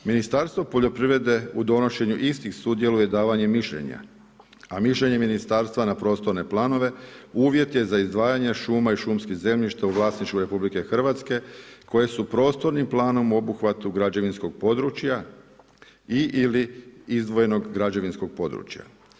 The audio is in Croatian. Ministarstvo poljoprivrede u donošenju istih sudjeluje davanjem mišljenja a mišljenje ministarstva na prostorne planove uvjet je za izdvajanje šuma i šumskih zemljišta u vlasništvu RH koje su prostornim planom u obuhvatu građevinskog područja i ili izdvojenog građevinskog područja.